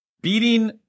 Beating